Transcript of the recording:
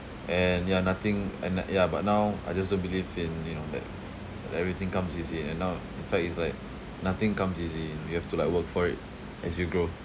and ya nothing and like ya but now I just don't believe in you know that that everything comes easy and now in fact it's like nothing comes easy we have to like work for it as we grow